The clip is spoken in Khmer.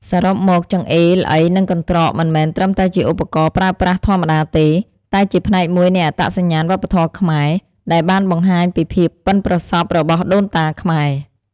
សរុបមក ចង្អេរ ល្អី និងកន្រ្តក មិនមែនត្រឹមតែជាឧបករណ៍ប្រើប្រាស់ធម្មតាទេ តែជាផ្នែកមួយនៃអត្តសញ្ញាណវប្បធម៌ខ្មែរ ដែលបានបង្ហាញពីភាពប៉ិនប្រសប់របស់ដូនតាខ្មែរ។